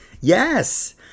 Yes